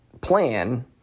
plan